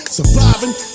Surviving